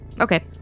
Okay